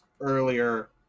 earlier